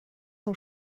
son